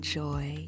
joy